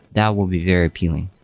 that will be very appealing.